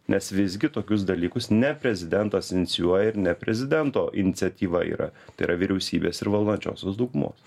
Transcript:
nes visgi tokius dalykus ne prezidentas inicijuoja ir ne prezidento iniciatyva yra tai yra vyriausybės ir valdančiosios daugumos